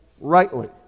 rightly